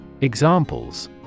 Examples